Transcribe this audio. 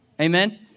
Amen